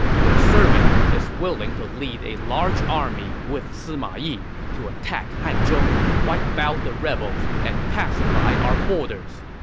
your servant is willing to lead a large army with sima yi to attack hanzhong, wipe out the rebels, and pacify our borders.